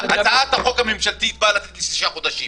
הצעת החוק הממשלתית באה לתת לשישה חודשים.